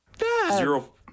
zero